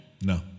No